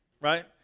Right